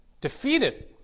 defeated